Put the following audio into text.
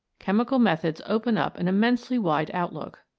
chemical methods open up an immensely wide outlook.